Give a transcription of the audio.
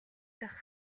дахь